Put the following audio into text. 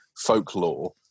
folklore